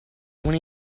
when